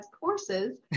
courses